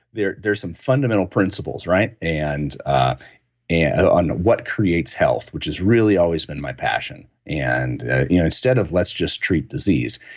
there's there's some fundamental principles on and ah yeah on what creates health, which has really always been my passion, and you know instead of let's just treat disease.